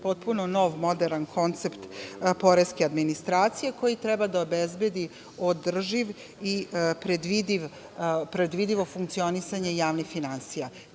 potpuno nov moderan koncept poreske administracije, koji treba da obezbedi održiv i predvidivo funkcionisanje javnih finansija. Kada